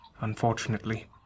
unfortunately